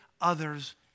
others